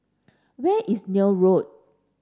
where is Neil Road